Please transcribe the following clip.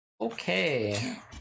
Okay